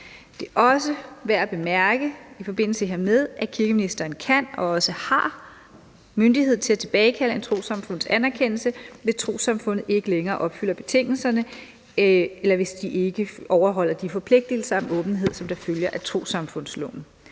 Det er også værd at bemærke i forbindelse hermed, at kirkeministeren kan og også har myndighed til at tilbagekalde et trossamfunds anerkendelse, hvis trossamfundet ikke længere opfylder betingelserne, eller hvis det ikke overholder de forpligtelser om åbenhed, som følger af trossamfundsloven.